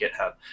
GitHub